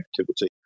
activity